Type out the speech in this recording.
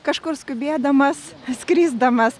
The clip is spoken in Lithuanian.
kažkur skubėdamas skrisdamas